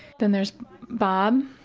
then there's bob,